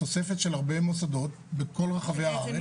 התוספת של הרבה מוסדות בכל רחבי הארץ.